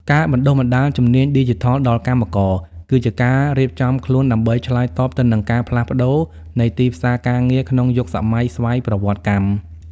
ការបណ្ដុះបណ្ដាលជំនាញឌីជីថលដល់កម្មករ គឺជាការរៀបចំខ្លួនដើម្បីឆ្លើយតបទៅនឹងការផ្លាស់ប្តូរនៃទីផ្សារការងារក្នុងយុគសម័យស្វ័យប្រវត្តិកម្ម។